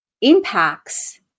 impacts